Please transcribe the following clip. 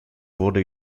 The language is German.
wurde